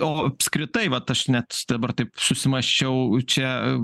o apskritai vat aš net dabar taip susimąsčiau čia